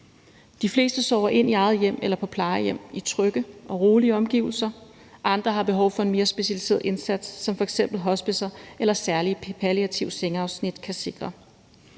De fleste sover ind i eget hjem eller på plejehjem i trygge og rolige omgivelser. Andre har behov for en mere specialiseret indsats som f.eks. hospicer eller den, som særlige palliative sengeafsnit kan sikre.